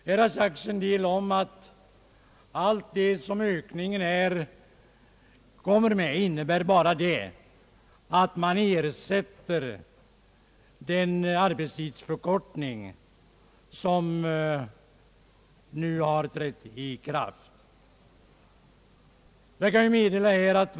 Här har sagts att hela denna ökning bara innebär att man ersätter den arbetstidsförkortning som nu har trätt i kraft.